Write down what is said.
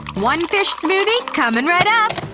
one fish smoothie, coming right up!